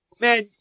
Man